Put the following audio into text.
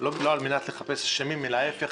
קודם כל חבר הכנסת מלכיאלי, בבקשה.